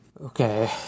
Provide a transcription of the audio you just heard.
Okay